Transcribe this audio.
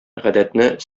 гадәтне